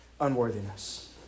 unworthiness